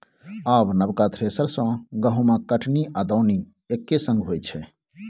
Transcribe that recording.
आब नबका थ्रेसर सँ गहुँमक कटनी आ दौनी एक्के संग होइ छै